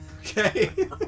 Okay